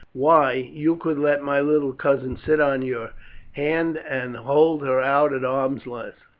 why, you could let my little cousin sit on your hand and hold her out at arm's length.